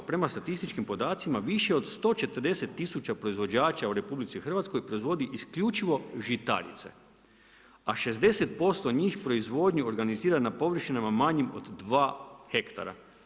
Prema statističkim podacima, više od 140000 proizvođača u RH, proizvodi isključivo žitarice, a 60% njih proizvodnju organizira na površinama manjim od 2 hektara.